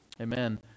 Amen